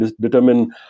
determine